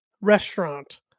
restaurant